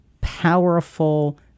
powerful